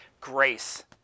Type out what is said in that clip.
grace